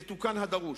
ותוקן הדרוש.